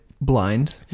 blind